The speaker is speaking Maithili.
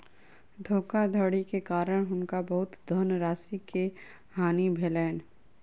धोखाधड़ी के कारण हुनका बहुत धनराशि के हानि भेलैन